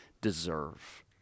deserve